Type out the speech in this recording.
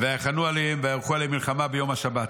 ויחנו עליהם ויערכו עליהם מלחמה ביום השבת.